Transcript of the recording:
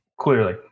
clearly